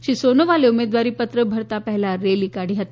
શ્રી સોનોવાલે ઉમેદવારી પત્ર ભરતા પહેલાં રેલી કાઢી હતી